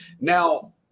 Now